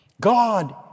God